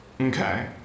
okay